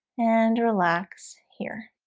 and relax here